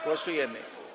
Głosujemy.